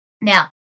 Now